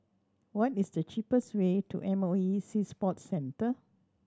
what is the cheapest way to M O E Sea Sports Centre